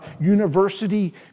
university